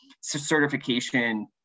certification